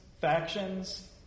factions